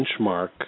benchmark